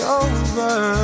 over